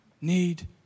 need